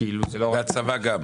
גם לצבא.